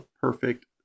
perfect